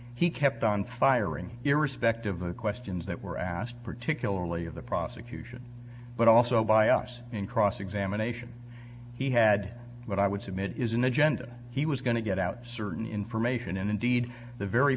he kept on firing irrespective of the questions that were asked particularly of the prosecution but also by us in cross examination he had what i would submit is an agenda he was going to get out certain information and indeed the very